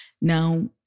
now